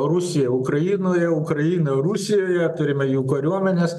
rusija ukrainoje ukraina rusijoje turime jų kariuomenes